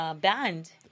Band